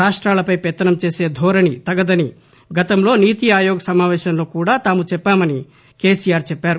రాష్ట్రాలపై పెత్తనం చేసే ధోరణి తగదని గతంలో నీతి ఆయోగ్ సమావేశంలో కూడా తాము చెప్పామని కెసిఆర్ చెప్పారు